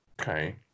okay